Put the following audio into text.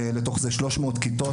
לתוך זה 300 כיתות,